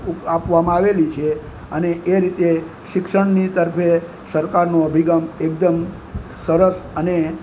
ઉપ આપવામાં આવેલી છે અને એ રીતે શિક્ષણની તરફે સરકારનો અભિગમ એકદમ સરસ અને